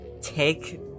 take